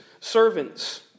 Servants